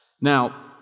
Now